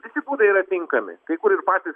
visi būdai yra tinkami kai kur ir patys